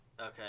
okay